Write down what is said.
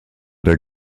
der